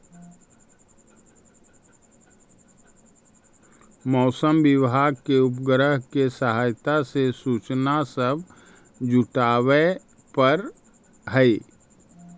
मौसम विभाग के उपग्रहों के सहायता से सूचना सब जुटाबे पड़ हई